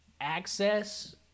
access